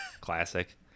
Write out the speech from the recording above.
Classic